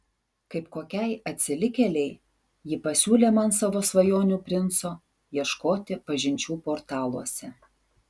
kaip kokiai atsilikėlei ji pasiūlė man savo svajonių princo ieškoti pažinčių portaluose